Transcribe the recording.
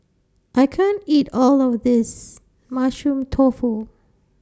I can't eat All of This Mushroom Tofu